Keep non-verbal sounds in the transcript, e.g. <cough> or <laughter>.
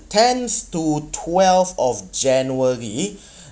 tenth to twelve of january <breath>